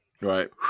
Right